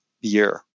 year